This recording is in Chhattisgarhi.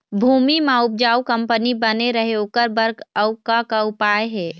भूमि म उपजाऊ कंपनी बने रहे ओकर बर अउ का का उपाय हे?